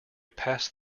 passed